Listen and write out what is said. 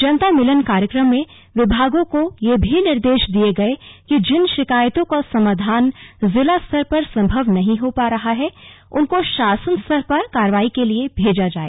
जनता मिलन कार्यक्रम में विभागों को यह भी निर्देश दिये गए कि जिन शिकायतों का समाधान मिला जिला स्तर पर सम्भव नही हो पा रहा है उनको शासन स्तर पर कार्रवाई के लिए भेजा जाए